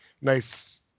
nice